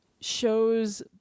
shows